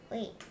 Wait